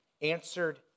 answered